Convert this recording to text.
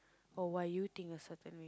or why you a think certain